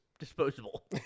disposable